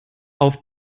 auf